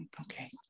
okay